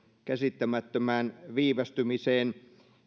käsittämättömään viivästymiseen